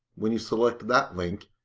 when you select that link,